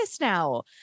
now